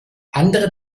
andere